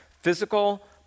Physical